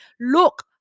look